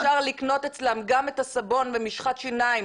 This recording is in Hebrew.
אפשר לקנות אצלן גם את הסבון ומשחת שיניים